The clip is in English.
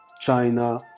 China